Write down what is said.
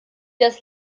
das